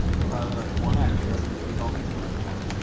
and probably like one extra because that's all they do anymore.